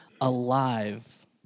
alive